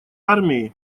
армии